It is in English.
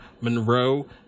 Monroe